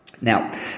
Now